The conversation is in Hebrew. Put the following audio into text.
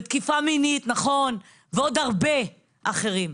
ותקיפה מינית, נכון, ועוד הרבה אחרים.